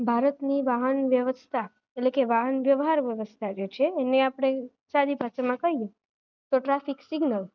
ભારતની વાહન વ્યવસ્થા એટલે કે વાહન વ્યવહાર વ્યવસ્થા જે છે એને આપણે સારી ભાષામાં કહીએ તો ટ્રાફિક સિગ્નલ